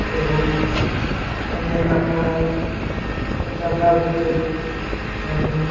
ଏବଂ ଅନ୍ୟାନ୍ୟ ଆପଣ ସାଧା ଉପରେ ଦେବେ ଏବଂ